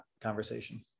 conversation